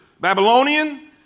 Babylonian